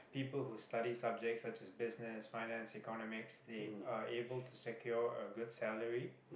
people who studys subject such as business finance economics they are able to secure a good salary